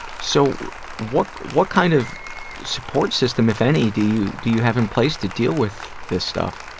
so what what kind of support system, if any, do you do you have in place to deal with this stuff?